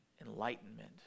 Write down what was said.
enlightenment